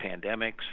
pandemics